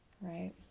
right